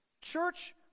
Church